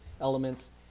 elements